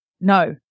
no